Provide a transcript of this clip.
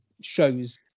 Shows